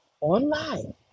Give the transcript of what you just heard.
online